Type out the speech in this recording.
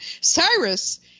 Cyrus